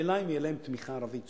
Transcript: אלא אם תהיה להם תמיכה ערבית.